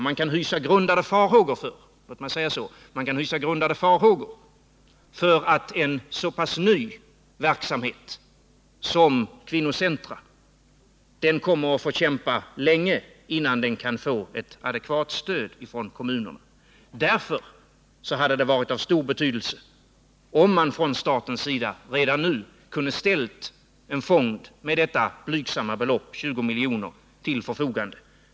Man kan hysa grundade farhågor för att en så pass ny verksamhet som kvinnocentra kommer att få kämpa länge innan den kan få ett adekvat stöd från kommunerna. Därför hade det varit av stor betydelse om man från statens sida redan nu ställt en fond med detta blygsamma belopp — 20 milj.kr. — till förfogande.